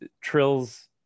trills